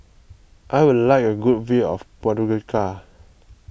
I would like a good view of Podgorica